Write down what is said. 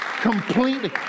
Completely